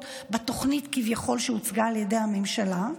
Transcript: בתוכנית שהוצגה כביכול על ידי הממשלה.